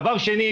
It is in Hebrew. דבר שני,